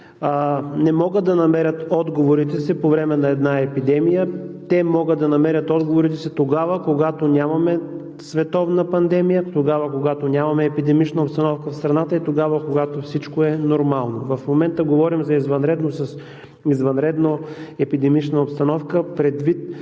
не могат да намерят отговорите си по време на една епидемия, те могат да намерят отговорите си тогава, когато нямаме световна пандемия, тогава, когато нямаме епидемична обстановка в страната и тогава, когато всичко е нормално. В момента говорим за извънредна епидемична обстановка,